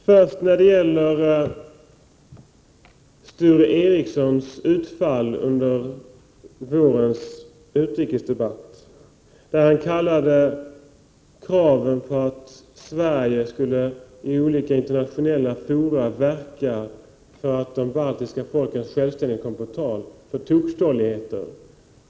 Fru talman! Jag vill ta upp Sture Ericsons utfall i vårens utrikesdebatt, där han kallade kraven på att Sverige i olika internationella fora skall verka för att de baltiska folkens självständighet kommer på tal för tokstolligheter.